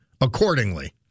accordingly